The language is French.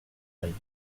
arrivé